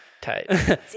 Tight